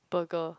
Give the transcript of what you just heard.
burger